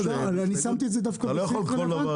אני שמתי את זה דווקא בסעיף הרלוונטי.